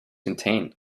contained